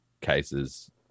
cases